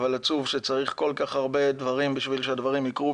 אבל עצוב שצריך כל כך הרבה דברים בשביל שהדברים יקרו,